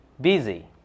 Busy